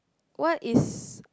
what is